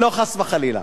לא, חס וחלילה,